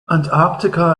antarktika